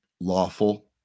lawful